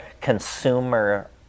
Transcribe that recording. consumer